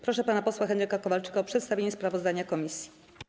Proszę pana posła Henryka Kowalczyka o przedstawienie sprawozdania komisji.